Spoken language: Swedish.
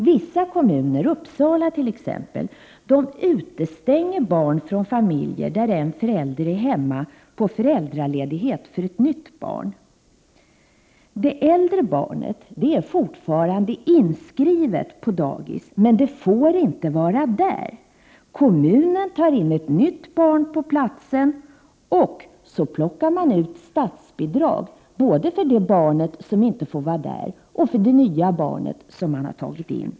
Vissa kommuner, Uppsala exempelvis, utestänger barn från barnomsorgen när en förälder är hemma för föräldraledighet för ett nytt barn. Det äldre barnet är fortfarande inskrivet på dagis, men det får inte vara där. Kommunen tar in ett nytt barn på platsen, och så plockar man ut statsbidrag både för det barn som inte får vara där och för det nya barnet som kommunen tar in.